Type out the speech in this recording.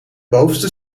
bovenste